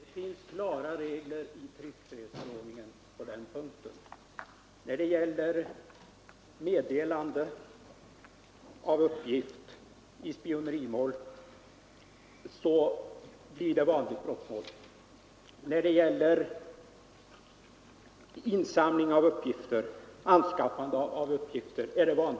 Fru talman! Det finns klara regler i tryckfrihetsförordningen på den punkten. Meddelande av uppgift i spionerimål skall åtalas och dömas i vanligt brottmål. Detsamma gäller anskaffande av uppgifter.